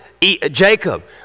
Jacob